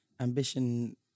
Ambition